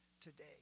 today